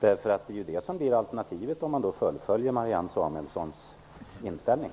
Det är ju det som är alternativet om man fullföljer Marianne Samuelssons inställning.